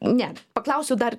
ne paklausiu dar